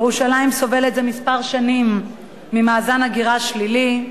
ירושלים סובלת זה כמה שנים ממאזן הגירה שלילי.